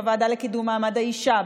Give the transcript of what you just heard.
בוועדה לקידום מעמד האישה,